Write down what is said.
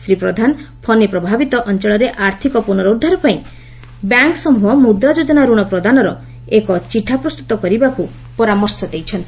ଶ୍ରୀ ପ୍ରଧାନ ଫନୀ ପ୍ରଭାବିତ ଅଞ୍ଚଳରେ ଆର୍ଥକ ପୁନରୁଦ୍ଧାର ପାଇଁ ବ୍ୟାଙ୍କସମ୍ଭହ ମୁଦ୍ରା ଯୋଜନା ଋଣ ପ୍ରଦାନର ଲାଭ ନିମନ୍ତେ ଏକ ଚିଠା ପ୍ରସ୍ତୁତ କରିବାକୁ ପରାମର୍ଶ ଦେଇଛନ୍ତି